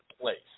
place